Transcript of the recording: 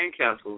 Sandcastle's